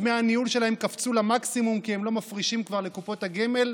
דמי הניהול שלהם קפצו למקסימום כי הם לא מפרישים כבר לקופות הגמל.